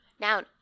Noun